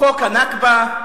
חוק ה"נכבה",